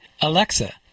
Alexa